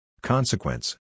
Consequence